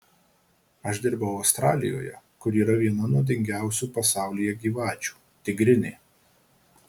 aš dirbau australijoje kur yra viena nuodingiausių pasaulyje gyvačių tigrinė